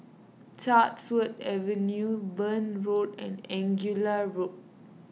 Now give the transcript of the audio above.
Chatsworth Avenue Burn Road and Angullia Road